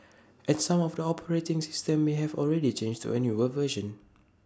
and some of the operating systems may have already changed to A newer version